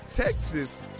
Texas